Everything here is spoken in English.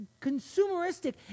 consumeristic